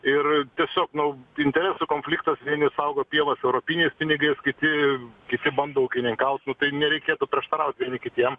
ir tiesiog nu interesų konfliktas vieni saugo pievas europiniais pinigais kiti kiti bando ūkininkau nu tai nereikėtų prieštaraut vieni kitiem